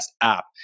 app